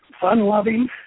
fun-loving